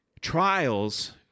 Trials